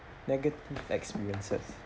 negative experiences